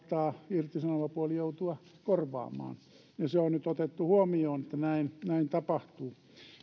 irtisanova puoli saattaa joutua korvaamaan se on nyt otettu huomioon että näin tapahtuu